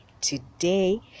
today